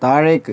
താഴേക്ക്